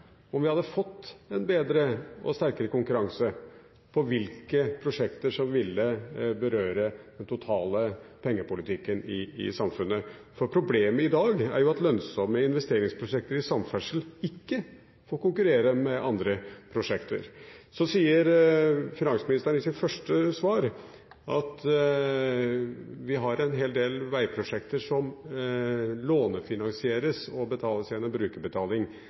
om vi hadde fått en bedre og sterkere konkurranse når det gjelder hvilke prosjekter som ville berøre den totale pengepolitikken i samfunnet. Problemet i dag er jo at lønnsomme investeringsprosjekter i samferdsel ikke får konkurrere med andre prosjekter. Så sier finansministeren i sitt første svar at vi har en hel del veiprosjekter som lånefinansieres og finansieres gjennom brukerbetaling.